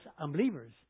unbelievers